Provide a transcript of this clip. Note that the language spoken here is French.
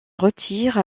retire